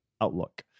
Outlook